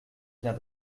bien